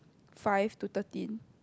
five to thirteen